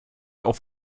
auch